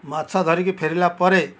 ମାଛ ଧରିକି ଫେରିଲା ପରେ